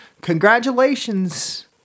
congratulations